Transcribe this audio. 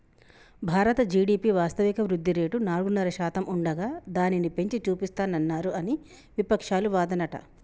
భారత జి.డి.పి వాస్తవిక వృద్ధిరేటు నాలుగున్నర శాతం ఉండగా దానిని పెంచి చూపిస్తానన్నారు అని వివక్షాలు వాదనట